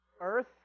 Earth